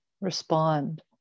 respond